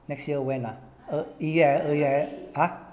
next year when ah ugh ya ya ha